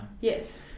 Yes